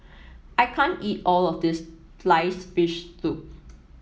I can't eat all of this sliced fish soup